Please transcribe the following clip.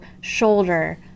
shoulder